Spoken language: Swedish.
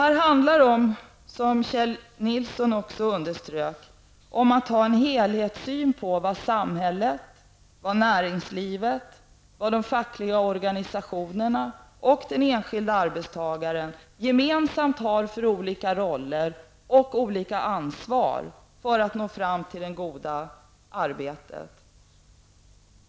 Det handlar, som också Kjell Nilsson underströk, om att ha en helhetssyn på de olika roller och det skiftande ansvar som samhället, näringslivet, de fackliga organisationerna och den enskilde arbetstagaren gemensamt har för att nå fram till det goda arbetet.